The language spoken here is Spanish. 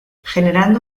generando